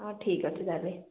ହଉ ଠିକ୍ ଅଛି ତାହେଲେ